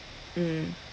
mm